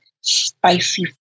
spicy